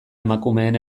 emakumeen